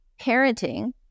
parenting